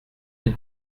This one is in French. des